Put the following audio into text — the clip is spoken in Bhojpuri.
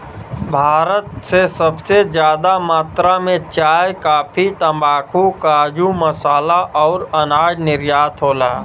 भारत से सबसे जादा मात्रा मे चाय, काफी, तम्बाकू, काजू, मसाला अउर अनाज निर्यात होला